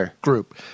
group